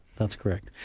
that's correct.